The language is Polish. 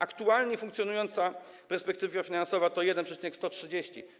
Aktualnie funkcjonująca perspektywa finansowa to 1,130%.